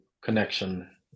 connection